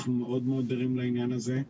אנחנו מאוד מאוד ערים לעניין הזה.